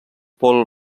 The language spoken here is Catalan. paul